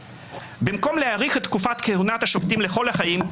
במקום להאריך את תקופת כהונת השופטים לכל החיים,